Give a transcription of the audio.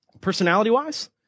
personality-wise